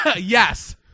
Yes